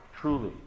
Truly